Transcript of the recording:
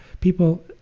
people